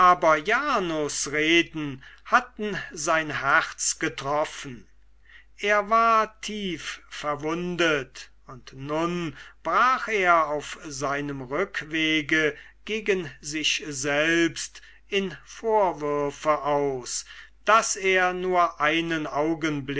reden hatten sein herz getroffen er war tief verwundet und nun brach er auf seinem rückwege gegen sich selbst in vorwürfe aus daß er nur einen augenblick